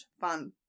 fun